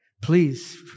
please